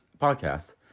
podcast